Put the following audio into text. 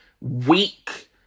weak